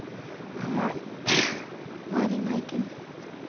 हमारी हमारी मायके में